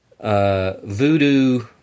voodoo